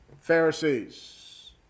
Pharisees